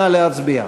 נא להצביע.